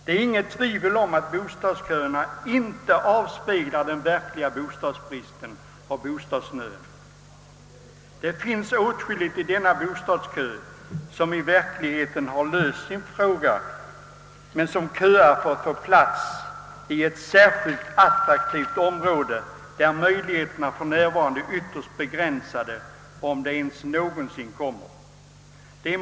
Det är inget tvivel om att bostadsköerna inte avspeglar den verkliga bostadsbristen och bostadsnöden. Åtskilliga människor i bostadsköerna har i verkligheten löst sin bostadsfråga, men de köar för att få bostad i ett särskilt attraktivt område, möjligheter som för närvarande är ytterst begränsade.